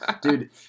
Dude